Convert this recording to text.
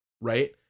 right